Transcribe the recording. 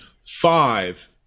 Five